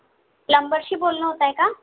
प्लम्बरशी बोलणं होतं आहे का